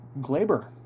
Glaber